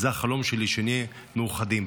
וזה החלום שלי, שנהיה מאוחדים.